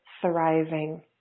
thriving